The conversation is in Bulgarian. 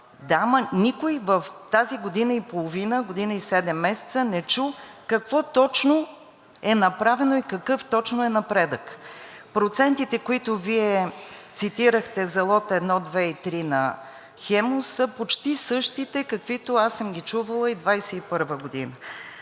Да, ама никой в тази година и половина, година и седем месеца, не чу какво точно е направено и какъв точно е напредъкът. Процентите, които Вие цитирахте за лот 1, 2 и 3 на „Хемус“, са почти същите, каквито аз съм ги чувала и 2021 г.